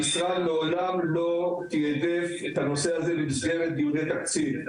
המשרד מעולם לא תיעדף את הנושא הזה במסגרת דיוני תקציב.